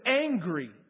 angry